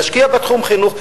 להשקיע בתחום החינוך.